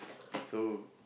so